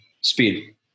speed